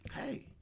hey